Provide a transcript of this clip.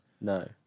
No